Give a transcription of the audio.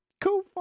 Cool